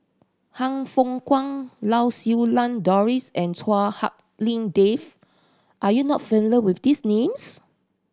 Han Fook Kwang Lau Siew Lang Doris and Chua Hak Lien Dave are you not familiar with these names